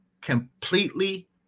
completely